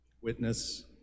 witness